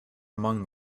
among